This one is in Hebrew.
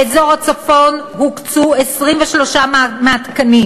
לאזור הצפון הוקצו 23 מהתקנים.